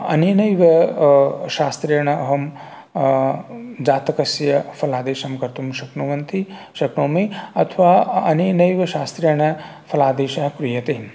अनेनैव शास्त्रेण अहं जातकस्य फलादेशं कर्तुं शक्नुवन्ति शक्नोमि अथवा अनेनैव शास्त्रेण फलादेशः क्रियते